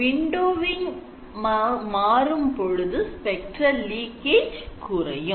Windowing மாறும் பொழுது spectral leakage குறையும்